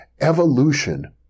evolution